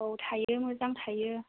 औ थाइयो मोजां थाइयो